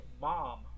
mom